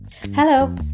Hello